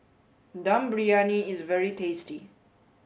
Dum Briyani is very tasty